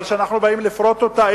אבל כשאנחנו באים לפרוט אותה,